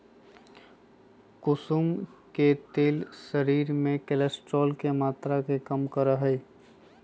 कुसुम के तेल शरीर में कोलेस्ट्रोल के मात्रा के कम करा हई